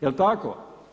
Jel tako?